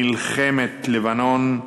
מלחמת לבנון,